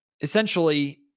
essentially